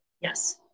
Yes